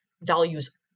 values